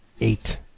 eight